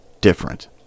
different